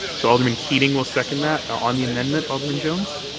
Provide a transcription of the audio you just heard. so alderman keating will second that. on the amendment, alderman jones?